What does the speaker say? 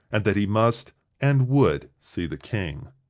and that he must and would see the king.